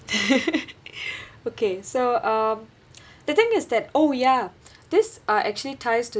okay so um the thing is that oh ya these are actually ties to